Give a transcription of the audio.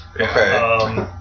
Okay